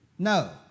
No